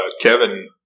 Kevin